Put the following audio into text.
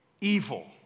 evil